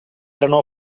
erano